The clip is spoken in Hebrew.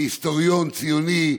כהיסטוריון ציוני,